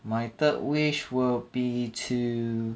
my third wish will be to